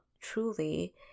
truly